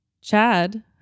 Chad